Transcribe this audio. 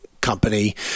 Company